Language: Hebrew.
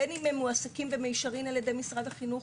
בין אם הם מועסקים במישרין על-ידי משרד החינוך